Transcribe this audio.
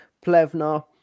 plevna